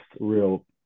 real